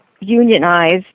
unionized